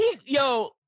Yo